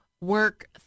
work